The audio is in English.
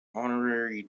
honorary